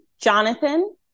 Jonathan